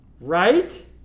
right